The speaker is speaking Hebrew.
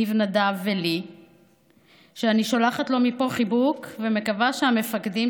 ניב נדב ולי שאני שולחת לו מפה חיבוק ומקווה שהמפקדים